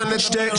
אלבשן לדבר?